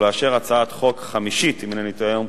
ולאשר הצעת חוק חמישית אם אינני טועה